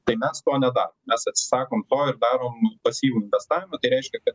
tai mes to nedarom mes atsisakom to ir darom pasyvų investavimą tai reiškia kad